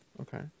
okay